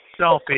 selfie